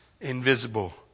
invisible